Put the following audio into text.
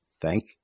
thank